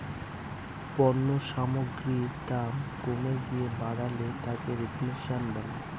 পণ্য সামগ্রীর দাম কমে গিয়ে বাড়লে তাকে রেফ্ল্যাশন বলে